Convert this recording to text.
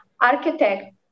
architect